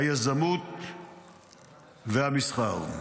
היזמות והמסחר.